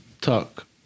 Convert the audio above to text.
talk